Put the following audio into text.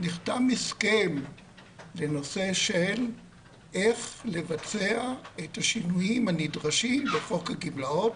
נחתם הסכם בנושא של איך לבצע את השינויים הנדרשים בחוק הגמלאות.